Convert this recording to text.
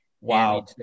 Wow